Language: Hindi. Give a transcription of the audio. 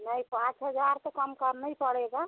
नहीं पाँच हजार तो कम करना ही पड़ेगा